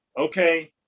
Okay